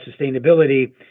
sustainability –